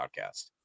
podcast